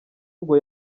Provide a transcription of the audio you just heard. ngo